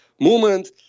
movement